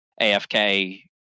AFK